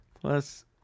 plus